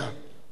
עשייה